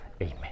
Amen